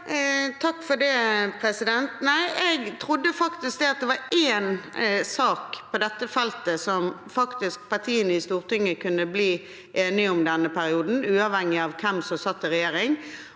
(FrP) Jeg trodde faktisk at det var én sak på dette feltet som partiene i Stortinget kunne bli enige om denne perioden, uavhengig av hvem som satt i regjering.